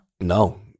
No